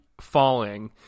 falling